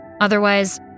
Otherwise